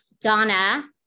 Donna